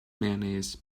mayonnaise